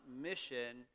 mission